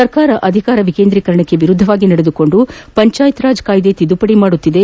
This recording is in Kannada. ಸರ್ಕಾರ ಅಧಿಕಾರ ವಿಕೇಂದ್ರೀಕರಣಕ್ಕೆ ವಿರುದ್ಧವಾಗಿ ನಡೆದುಕೊಂಡು ಪಂಚಾಯತ್ರಾಜ್ ಕಾಯ್ಲೆ ತಿದ್ಲುಪಡಿ ಮಾಡುತ್ತಿದೆ